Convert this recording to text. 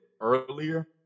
earlier